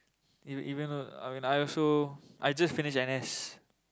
you you mean tho~ I mean I also I just finish N_S